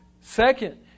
Second